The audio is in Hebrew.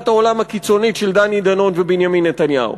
העולם הקיצונית של דני דנון ובנימין נתניהו,